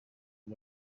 and